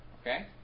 Okay